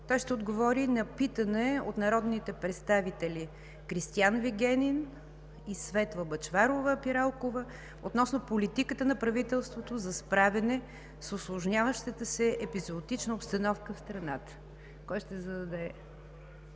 Той ще отговори на питане от народните представители Кристиан Вигенин и Светла Бъчварова-Пиралкова относно политиката на правителството за справяне с усложняващата се епизоотична обстановка в страната. Кой ще зададе